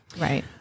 Right